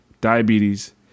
diabetes